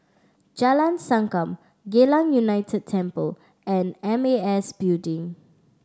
Jalan Sankam Geylang United Temple and M A S Building